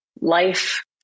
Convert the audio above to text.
life